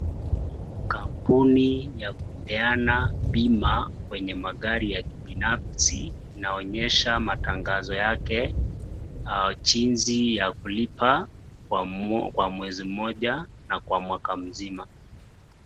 Kampuni ya kupeana bima kwenye magari ya kibinafsi inaonyesha matangazo yake jinsi ya kulipa kwa mwezi mmoja na kwa mwaka mzima.